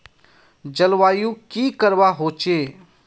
जलवायु की करवा होचे?